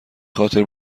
خاطر